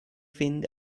fynd